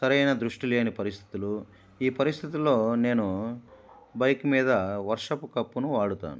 సరైన దృష్టి లేని పరిస్థితులు ఈ పరిస్థితులో నేను బైక్ మీద వర్షపు కప్పును వాడుతాను